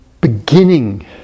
beginning